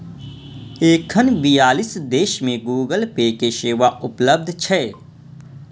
एखन बियालीस देश मे गूगल पे के सेवा उपलब्ध छै